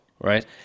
right